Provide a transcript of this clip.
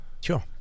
Sure